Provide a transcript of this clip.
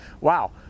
wow